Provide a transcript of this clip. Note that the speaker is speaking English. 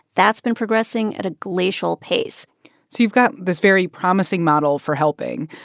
that's been progressing at a glacial pace so you've got this very promising model for helping,